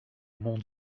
mon